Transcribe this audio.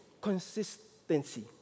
consistency